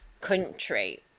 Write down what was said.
country